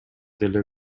деле